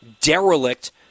derelict